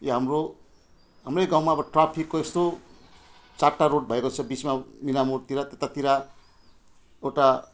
यो हाम्रो हाम्रै गाउँमा अब ट्राफिकको यस्तो चारवटा रोड भएको छ बिचमा मिनामोडतिर त्यतातिर एउटा